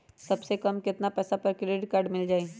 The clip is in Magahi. सबसे कम कतना पैसा पर क्रेडिट काड मिल जाई?